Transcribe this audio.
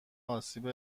آسیب